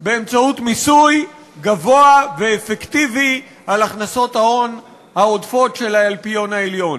באמצעות מיסוי גבוה ואפקטיבי של הכנסות ההון העודפות של האלפיון העליון.